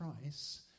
price